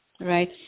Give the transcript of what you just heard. right